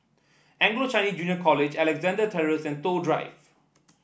Anglo Chinese Junior College Alexandra Terrace and Toh Drive